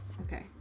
Okay